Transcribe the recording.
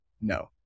No